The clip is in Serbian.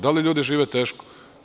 Da li ljudi žive teško?